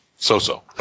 So-so